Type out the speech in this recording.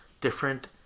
different